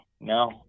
No